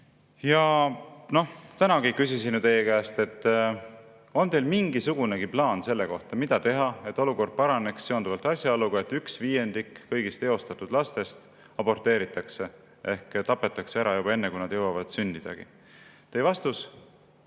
Noh, tänagi küsisin teie käest, kas on teil mingisugunegi plaan, mida teha, et olukord paraneks seonduvalt asjaoluga, et üks viiendik kõigist eostatud lastest aborteeritakse ehk tapetakse ära juba enne, kui nad jõuavad sündidagi. Teie vastus